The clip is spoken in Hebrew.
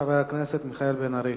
חבר הכנסת מיכאל בן-ארי,